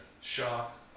Shock